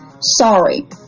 Sorry